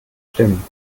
stimmen